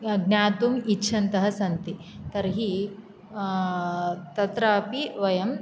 ज्ञातुम् इच्छन्तः सन्ति तर्हि तत्रापि वयं